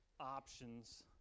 options